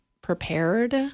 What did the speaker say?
prepared